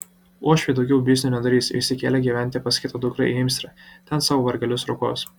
uošviai daugiau biznių nedarys išsikėlė gyventi pas kitą dukrą į imsrę ten savo vargelius rokuos